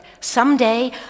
Someday